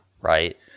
right